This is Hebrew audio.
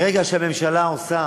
ברגע שהממשלה עושה